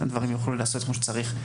הדברים יוכלו להיעשות כמו שצריך.